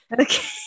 Okay